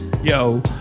Yo